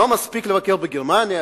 לא מספיק לבקר בגרמניה,